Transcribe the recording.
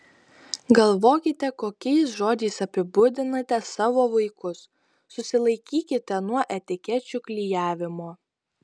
galvokite kokiais žodžiais apibūdinate savo vaikus susilaikykite nuo etikečių klijavimo